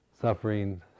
suffering